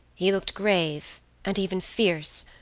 he looked grave and even fierce,